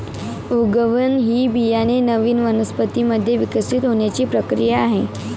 उगवण ही बियाणे नवीन वनस्पतीं मध्ये विकसित होण्याची प्रक्रिया आहे